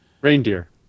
reindeer